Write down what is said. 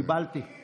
קיבלתי.